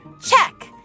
Check